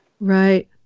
Right